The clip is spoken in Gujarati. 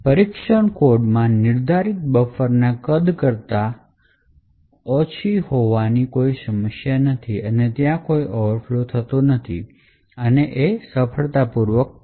પરીક્ષણ કોડમાં નિર્ધારિત બફરના કદ કરતા ઓછી હોવાથી કોઈ સમસ્યા નથી અને ત્યાં કોઈ ઓવરફ્લો નથી થતો અને પરીક્ષણ કોડ સફળતાપૂર્વક પૂર્ણ થાય છે